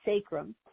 sacrum